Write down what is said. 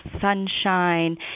Sunshine